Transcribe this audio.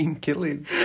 Killing